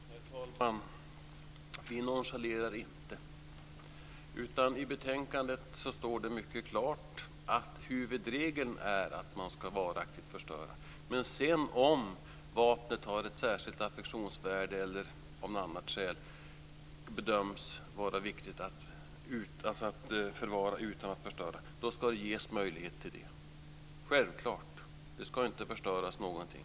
Herr talman! Vi nonchalerar inte, utan i betänkandet står det mycket klart att huvudregeln är att man ska varaktigt förstöra. Om sedan vapnet har ett särskilt affektionsvärde eller av något annat skäl bedöms vara viktigt att förvara utan att förstöra, då ska det ges möjlighet till det, självklart. Det ska inte förstöras någonting.